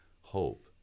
hope